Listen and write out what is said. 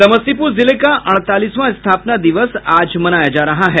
समस्तीपूर जिले का अड़तालीसवाँ स्थापना दिवस आज मनाया जा रहा है